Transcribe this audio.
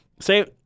say